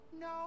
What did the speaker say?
No